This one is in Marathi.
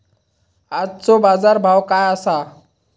आजचो बाजार भाव काय आसा?